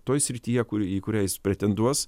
toj srityje į kurią jis pretenduos